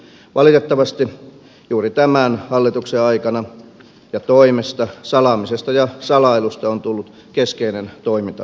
valitettavasti juuri tämän hallituksen aikana ja toimesta salaamisesta ja salailusta on tullut keskeinen toimintatapa